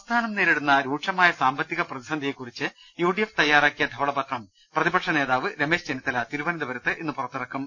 സംസ്ഥാനം നേരിടുന്ന രൂക്ഷമായ സാമ്പത്തിക പ്രതിസന്ധിയെ കുറിച്ച് യു ഡി എഫ് തയ്യാറാക്കിയ ധവളപത്രം പ്രതിപിക്ഷനേതാവ് രമേശ് ചെന്നിത്തല തിരുവനന്തപുരത്ത് ഇന്ന് പുറത്തിറക്കും